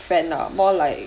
friend ah more like